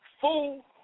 fool